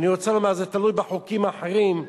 זה תלוי בחוקים האחרים.